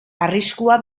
arriskua